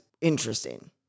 interesting